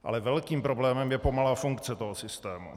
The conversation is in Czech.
Ale velkým problémem je pomalá funkce systému.